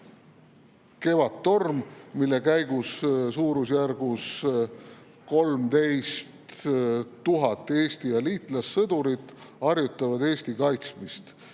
Kevadtorm, mille käigus suurusjärgus 13 000 Eesti ja liitlaste sõdurit harjutab Eesti kaitsmist.